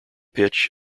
pitch